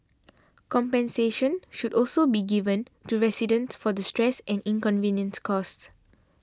compensation should also be given to residents for the stress and inconvenience caused